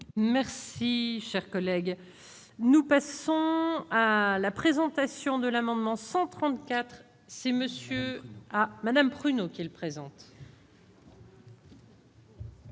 Merci, cher collègue. Nous passons à la présentation de l'amendement 134 ce monsieur, à madame pruneaux qu'il présente.